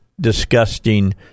disgusting